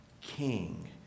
king